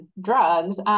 drugs